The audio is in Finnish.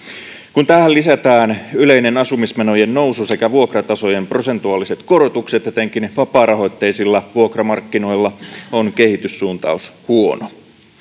kun tähän lisätään yleinen asumismenojen nousu sekä vuokratasojen prosentuaaliset korotukset etenkin vapaarahoitteisilla vuokramarkkinoilla on kehityssuuntaus huono